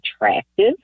attractive